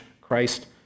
Christ